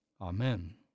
Amen